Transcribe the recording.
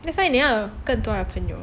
that's why 你要有更多的朋友